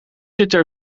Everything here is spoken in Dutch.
zitten